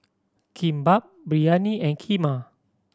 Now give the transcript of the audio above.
Kimbap Biryani and Kheema